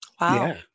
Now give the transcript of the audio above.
Wow